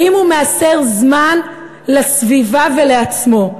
האם הוא מעשר זמן לסביבה ולעצמו?